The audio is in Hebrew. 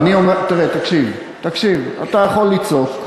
תקשיב, תקשיב, אתה יכול לצעוק,